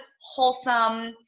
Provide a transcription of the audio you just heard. wholesome